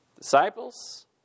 Disciples